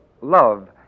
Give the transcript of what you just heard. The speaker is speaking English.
love